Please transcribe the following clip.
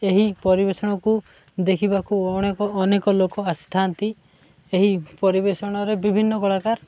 ଏହି ପରିବେଷଣକୁ ଦେଖିବାକୁ ଅଣେକ ଅନେକ ଲୋକ ଆସିଥାନ୍ତି ଏହି ପରିବେଷଣରେ ବିଭିନ୍ନ କଳାକାର